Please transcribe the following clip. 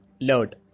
load